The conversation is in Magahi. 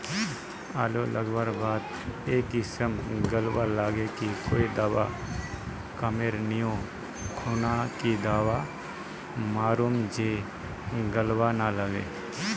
आलू लगवार बात ए किसम गलवा लागे की कोई दावा कमेर नि ओ खुना की दावा मारूम जे गलवा ना लागे?